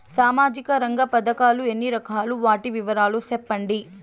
సామాజిక రంగ పథకాలు ఎన్ని రకాలు? వాటి వివరాలు సెప్పండి